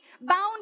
bound